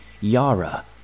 Yara